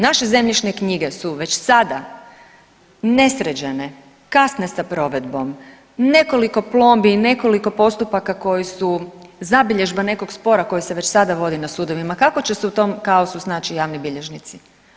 Naše zemljišne knjige su već sada nesređene, kasne sa provedbom, nekoliko plombi i nekoliko postupaka koji su zabilježba nekog spora koji se već sad vode na sudovima, kako će se u tom kaosu snaći javni bilježnici?